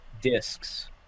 Discs